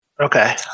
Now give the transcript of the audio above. Okay